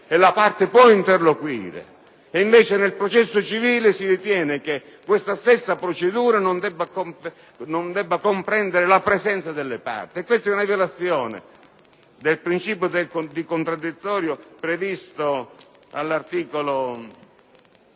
e la parte può interloquire. Invece, nel processo civile si ritiene che questa stessa procedura non debba comprendere la presenza delle parti. Questa è una violazione del principio del contraddittorio sancito dall'articolo